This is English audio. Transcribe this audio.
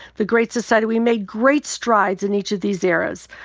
the great society. we made great strides in each of these eras,